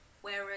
whereas